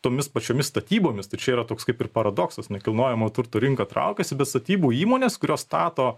tomis pačiomis statybomis tai čia yra toks kaip ir paradoksas nekilnojamo turto rinka traukiasi bet statybų įmonės kurios stato